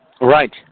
Right